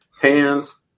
hands